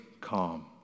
calm